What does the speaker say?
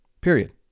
Period